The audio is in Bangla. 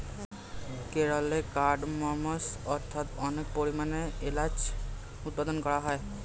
কেরলে কার্ডমমস্ অর্থাৎ অনেক পরিমাণে এলাচ উৎপাদন করা হয়